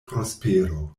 prospero